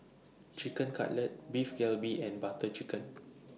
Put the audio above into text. Chicken Cutlet Beef Galbi and Butter Chicken